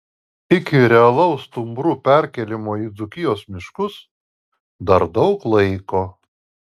iki realaus stumbrų perkėlimo į dzūkijos miškus dar daug laiko